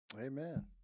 Amen